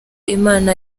imana